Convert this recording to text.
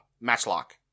matchlock